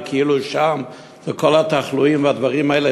וכאילו שם ישנם כל התחלואים והדברים האלה,